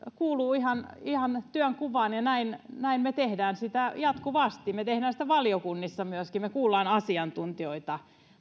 kuuluu ihan ihan työnkuvaan ja me teemme sitä jatkuvasti me teemme sitä myöskin valiokunnissa me kuulemme asiantuntijoita